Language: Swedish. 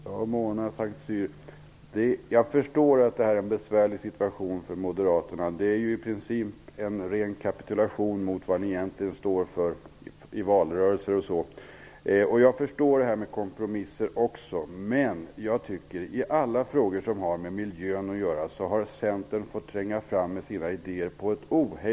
Fru talman! Jag förstår att det är en besvärlig situation för moderaterna, Mona Saint Cyr. Ert agerande är i princip en ren kapitulation i förhållande till det som ni står för i valrörelser osv. Jag förstår också resonemanget om kompromisser. Men i alla frågor som gäller miljön har Centern ohejdat fått tränga fram med sina idéer.